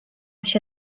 się